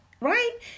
right